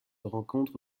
rencontre